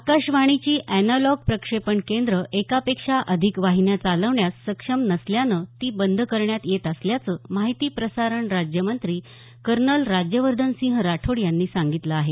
आकाशवाणीची अॅनालॉग प्रक्षेपण केंद्रं एकापेक्षा अधिक वाहिन्या चालवण्यास सक्षम नसल्यानं ती बंद करण्यात येत असल्याचं माहिती प्रसारण राज्यमंत्री कर्नल राज्यवर्धनसिंह राठोड यांनी सांगितलं आहे